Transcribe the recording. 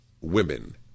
women